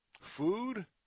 Food